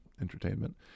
entertainment